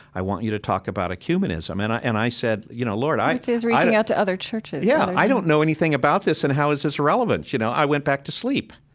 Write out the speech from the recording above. i want you to talk about ecumenism. and i and i said, you know, lord, i, which is reaching out to other churches yeah. i don't know anything about this and how is this relevant? you know, i went back to sleep.